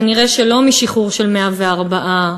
כנראה לא משחרור של 104 האסירים,